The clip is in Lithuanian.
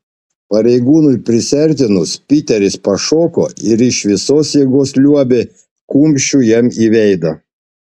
pareigūnui prisiartinus piteris pašoko ir iš visos jėgos liuobė kumščiu jam į veidą